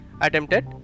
attempted